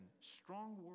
strong